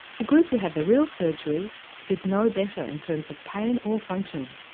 the group who had the real surgery did no better in terms of pain or function.